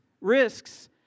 risks